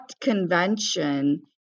convention